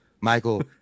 Michael